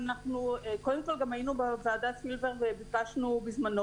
גם היינו בוועדת פילבר וביקשנו בזמנו